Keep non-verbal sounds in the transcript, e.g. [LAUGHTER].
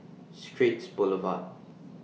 [NOISE] Straits Boulevard